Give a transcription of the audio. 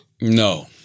No